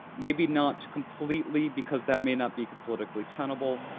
maybe not completely, because that may not be politically tenable,